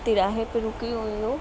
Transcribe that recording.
تراہے پہ رُکی ہوئی ہوں